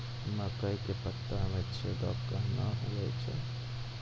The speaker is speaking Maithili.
मकई के पत्ता मे छेदा कहना हु छ?